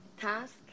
task